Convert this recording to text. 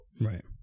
Right